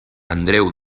andreu